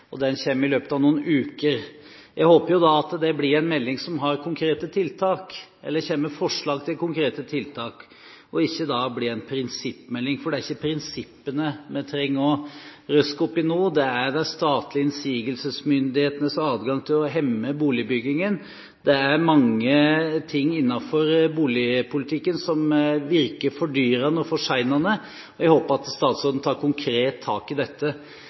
Den kommer i løpet av noen uker. Jeg håper jo da at det blir en melding som kommer med forslag til konkrete tiltak og ikke blir en prinsippmelding. Det er ikke prinsippene vi trenger å røske opp i nå; det er de statlige innsigelsesmyndighetenes adgang til å hemme boligbyggingen. Det er mange ting innenfor boligpolitikken som virker fordyrende og forsinkende. Jeg håper at statsråden tar konkret tak i dette.